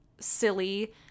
silly